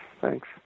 Thanks